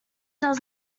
does